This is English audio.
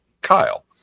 kyle